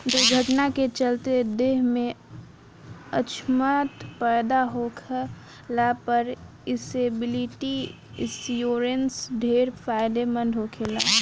दुर्घटना के चलते देह में अछमता पैदा होखला पर डिसेबिलिटी इंश्योरेंस ढेरे फायदेमंद होखेला